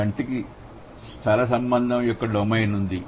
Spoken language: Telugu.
కంటికి స్థల సంబంధం యొక్క డొమైన్ ఉంది